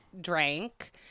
drank